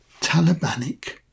Talibanic